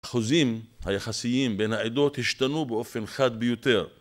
החוזים היחסיים בין העדות השתנו באופן חד ביותר.